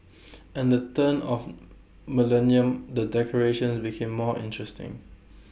and the turn of millennium the decorations became more interesting